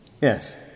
Yes